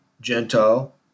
Gentile